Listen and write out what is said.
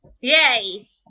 Yay